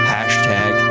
Hashtag